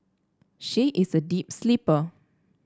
she is a deep sleeper